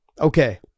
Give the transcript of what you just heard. Okay